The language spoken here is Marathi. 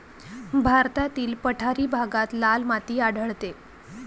भारतातील पठारी भागात लाल माती आढळते